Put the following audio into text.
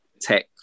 tech